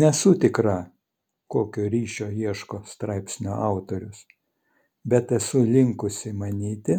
nesu tikra kokio ryšio ieško straipsnio autorius bet esu linkusi manyti